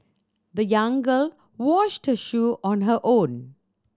the young girl washed shoe on her own